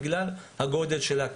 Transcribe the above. בגלל הגודל שלה,